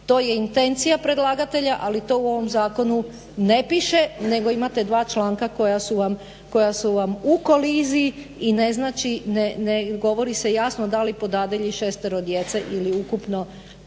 To je intencija predlagatelja ali to u ovom zakonu ne piše nego imate dva članka koja su vam u koliziji. I ne znači, ne govori se jasno da li po dadilji 6 djece ili ukupno